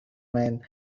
man